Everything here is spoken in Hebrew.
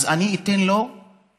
אז אני אתן לו יותר,